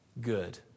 good